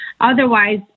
otherwise